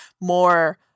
more